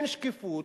אין שקיפות.